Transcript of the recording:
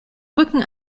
rücken